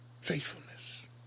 Faithfulness